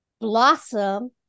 blossom